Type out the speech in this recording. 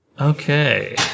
Okay